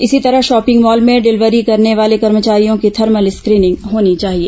इसी तरह shopping mall में डिलीवरी करने वाले कर्मचारियों की थर्मल स्क्रीनिंग होनी चाहिए